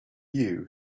you